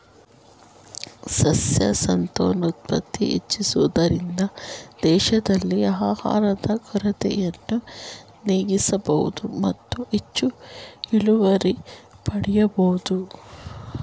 ಸಸ್ಯ ಸಂತಾನೋತ್ಪತ್ತಿ ಹೆಚ್ಚಿಸುವುದರಿಂದ ದೇಶದಲ್ಲಿ ಆಹಾರದ ಕೊರತೆಯನ್ನು ನೀಗಿಸಬೋದು ಮತ್ತು ಹೆಚ್ಚು ಇಳುವರಿ ಪಡೆಯಬೋದು